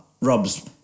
Rob's